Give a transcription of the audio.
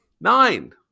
nine